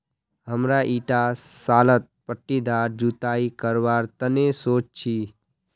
हमरा ईटा सालत पट्टीदार जुताई करवार तने सोच छी